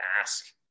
ask